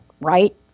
right